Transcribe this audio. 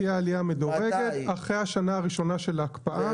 תהיה עלייה מדורגת אחרי השנה הראשונה של ההקפאה.